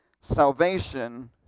Salvation